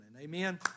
Amen